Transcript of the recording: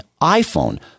iPhone